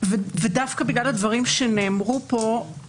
דווקא בגלל הדברים שנאמרו פה,